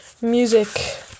music